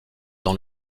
dans